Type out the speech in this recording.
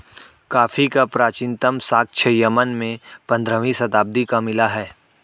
coffee का प्राचीनतम साक्ष्य यमन में पंद्रहवी शताब्दी का मिला है